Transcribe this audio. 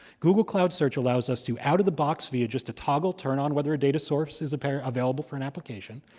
google cloud search allows us to out of the box, via just a toggle, turn on whether a data source is available for an application.